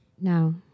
no